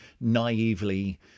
naively